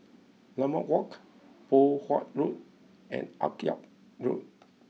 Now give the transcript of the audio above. Limau Walk Poh Huat Road and Akyab Road